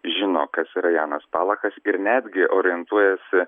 žino kas yra janas palachas ir netgi orientuojasi